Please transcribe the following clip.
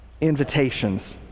invitations